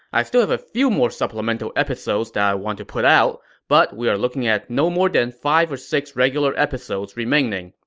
i still have a few more supplemental episodes i want to put out, but we are looking at no more than five or six regular episodes remaining,